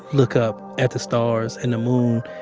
look up at the stars and the moon,